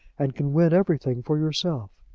and can win everything for yourself.